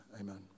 amen